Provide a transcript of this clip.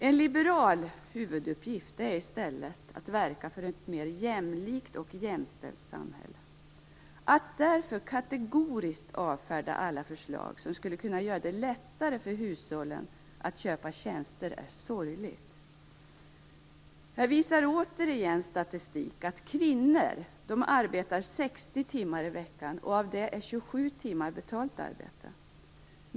En liberal huvuduppgift är i stället att verka för ett mer jämlikt och jämställt samhälle. Att kategoriskt avfärda alla förslag som skulle kunna göra det lättare för hushållen att köpa tjänster är sorgligt. Här visar statistik att kvinnor arbetar 60 timmar i veckan, varav 27 timmar är betalt arbete.